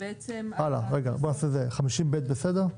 50ב בסדר?